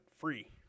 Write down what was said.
free